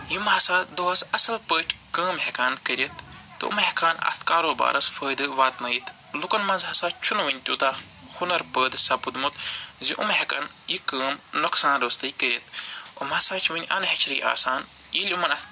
یِم ہَسا دۄہس اصٕل پٲٹھۍ کٲم ہٮ۪کہن کٔرِتھ تہٕ یِم ہٮ۪کہن اتھ کارو بارس فٲیدٕ وتنٲیِتھ لُکن منٛز ہَسا چھُنہٕ وَنہِ تیوٗتاہ ہُنر پٲدٕ سپُدمُت زِ یِم ہٮ۪کن یہِ کٲم نۄقصان روٚستٕے کٔرِتھ یِم ہَسا چھِ وٕنۍ اَنہیچری آسان ییٚلہِ یِمن اَتھ